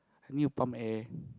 need to pump air